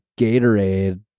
Gatorade